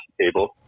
table